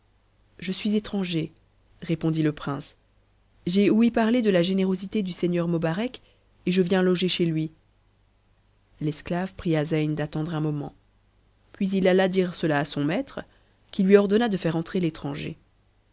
je suis étranger répondit le prince j'ai ouï parler de la générosité du seigneur mobarec et je viens loger chez lui l'esclave pria zeyn d'attendre un moment puis il alla dire cela à son ma tre qui lui ordonna de faire entrer l'étranger